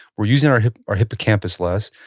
we're using our our hippocampus less.